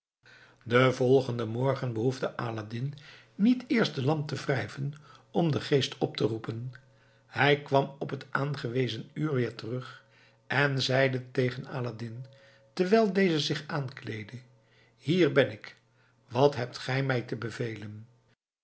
den volgenden morgen behoefde aladdin niet eerst de lamp te wrijven om den geest op te roepen hij kwam op t aangewezen uur weer terug en zeide tegen aladdin terwijl deze zich aankleedde hier ben ik wat hebt gij mij te bevelen